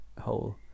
whole